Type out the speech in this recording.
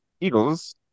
Eagles